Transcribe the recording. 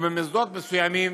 או במוסדות מסוימים,